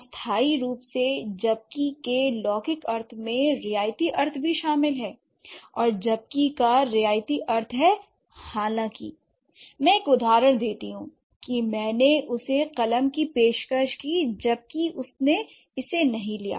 अस्थाई रूप से जबकि के लौकिक अर्थ में रियायती अर्थ भी शामिल है और जबकि का रियायती अर्थ है हालांकि l मैं एक उदाहरण देती हूं कि मैंने उसे कलम की पेशकश की जबकि उसने इसे नहीं लिया